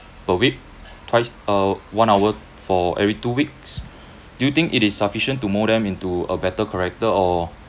per week twice uh one hour for every two weeks do you think it is sufficient to mould them into a better character or